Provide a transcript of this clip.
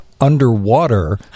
underwater